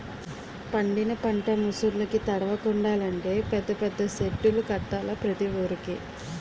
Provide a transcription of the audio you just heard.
పండిన పంట ముసుర్లుకి తడవకుండలంటే పెద్ద పెద్ద సెడ్డులు కట్టాల ప్రతి వూరికి